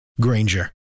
Granger